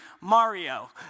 Mario